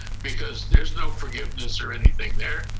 because there's no forgiveness or anything there,